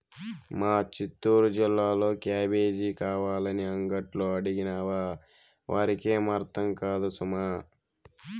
మా చిత్తూరు జిల్లాలో క్యాబేజీ కావాలని అంగట్లో అడిగినావా వారికేం అర్థం కాదు సుమా